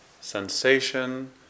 sensation